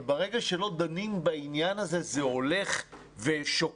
אבל ברגע שלא דנים בעניין הזה זה הולך ושוקע,